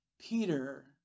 Peter